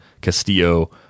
Castillo